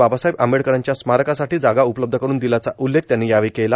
बाबासाहेब आंबेडकरांच्या स्मारकासाठी जागा उपलब्ध करून दिल्याचा उल्लेख त्यांनी यावेळी केला